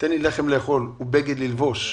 תן לי לחם לאכול ובגד ללבוש.